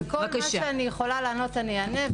על כל מה שאני יכולה לענות אני אענה,